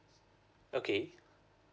okay